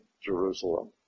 Jerusalem